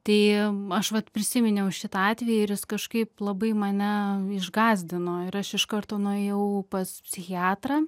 tai aš vat prisiminiau šitą atvejį ir jis kažkaip labai mane išgąsdino ir aš iš karto nuėjau pas psichiatrą